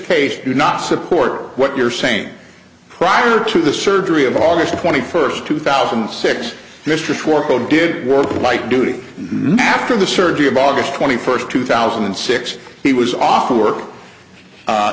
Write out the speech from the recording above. case do not support what you're saying prior to the surgery of august twenty first two thousand and six mr schorr oh did work like duty nap after the surgery of august twenty first two thousand and six he was off work